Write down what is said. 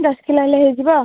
ଦଶ କିଲୋ ହେଲେ ହେଇଯିବ